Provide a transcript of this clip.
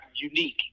unique